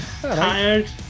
Tired